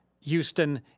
Houston